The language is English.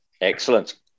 Excellent